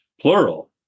plural